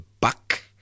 buck